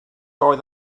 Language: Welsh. oedd